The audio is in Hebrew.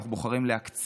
אנחנו בוחרים להקצין,